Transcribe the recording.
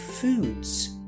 foods